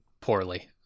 poorly